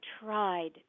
tried